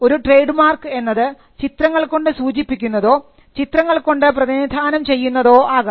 ഒരു trade mark എന്നത് ചിത്രങ്ങൾകൊണ്ട് സൂചിപ്പിക്കുന്നതോ ചിത്രങ്ങൾകൊണ്ട് പ്രതിനിധാനംചെയ്യുന്നതോ ആകാം